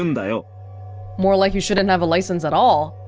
and so more like you shouldn't have a license at all